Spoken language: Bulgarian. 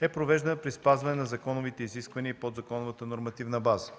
е провеждана при спазване на законовите изисквания и подзаконовата нормативна база.